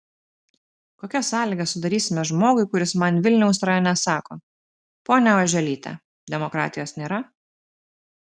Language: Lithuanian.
kokias sąlygas sudarysime žmogui kuris man vilniaus rajone sako ponia oželyte demokratijos nėra